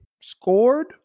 scored